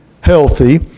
healthy